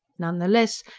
none the less,